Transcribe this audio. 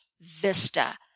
Vista